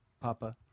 Papa